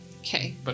okay